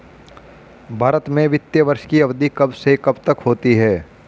भारत में वित्तीय वर्ष की अवधि कब से कब तक होती है?